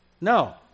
No